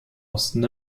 osten